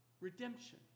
Redemption